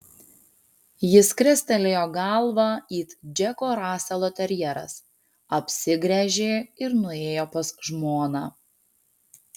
jis krestelėjo galvą it džeko raselo terjeras apsigręžė ir nuėjo pas žmoną